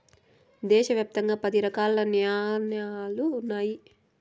దేశ వ్యాప్తంగా పది రకాల న్యాలలు ఉన్నాయి